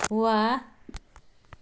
वाह